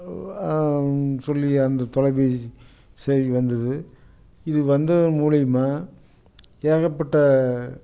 சொல்லி அந்த தொலைப்பேசி செய்தி வந்துது இது வந்ததன் மூலியமாக ஏகப்பட்ட